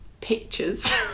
pictures